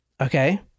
Okay